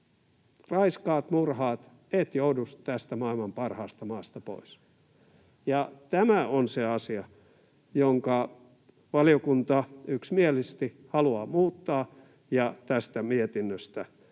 Raiskaat, murhaat, et joudu tästä maailman parhaasta maasta pois. Tämä on se asia, jonka valiokunta yksimielisesti haluaa muuttaa, ja tästä mietinnöstä siis